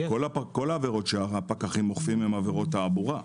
כל העבירות שהפקחים אוכפים הן עבירות תעבורה.